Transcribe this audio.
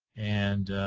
and